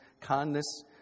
kindness